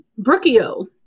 Brookio